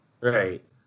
Right